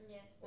Yes